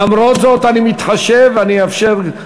למרות זאת אני מתחשב ואני אאפשר.